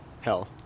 Hell